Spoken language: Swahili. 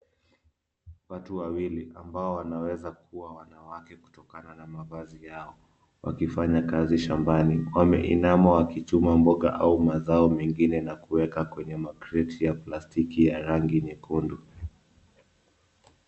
Watu wawili ambao wanaweza kuwa wanawake kutokana na mavazi yao wakifanya kazi shambani. Wameinama wakichuma mboga au mazao mengine na kuweka kwenye makreti ya plastiki ya rangi nyekundu.